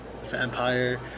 vampire